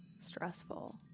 stressful